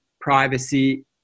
privacy